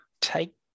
take